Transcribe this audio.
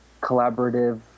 collaborative